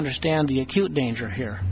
understand the acute danger here